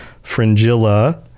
fringilla